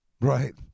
right